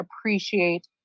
appreciate